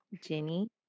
Jenny